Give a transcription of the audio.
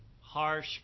harsh